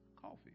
Coffee